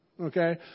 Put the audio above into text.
okay